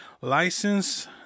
license